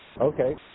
okay